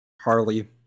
Harley